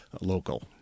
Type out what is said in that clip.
local